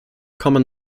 common